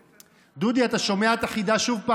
דודי, אתה שומע את החידה שוב.